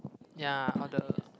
ya or the